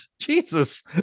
Jesus